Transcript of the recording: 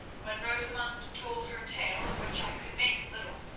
when rosamund told her tale of which i could make little,